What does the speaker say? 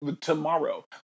tomorrow